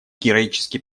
героический